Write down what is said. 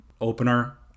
opener